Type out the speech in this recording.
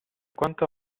quanto